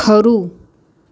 ખરું